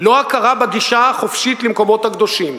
לא הכרה בגישה החופשית למקומות הקדושים.